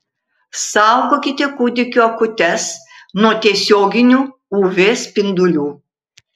saugokite kūdikio akutes nuo tiesioginių uv spindulių